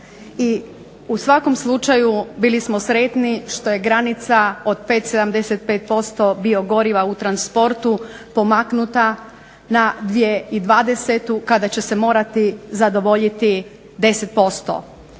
u svakom slučaju bili smo sretni što je granica od 5,75% biogoriva u transportu pomaknuta na 2020. kada će se morati zadovoljiti 10%.